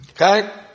Okay